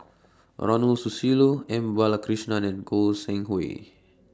Ronald Susilo M Balakrishnan and Goi Seng Hui